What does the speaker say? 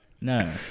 No